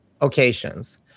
occasions